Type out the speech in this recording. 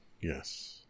yes